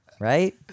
right